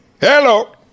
Hello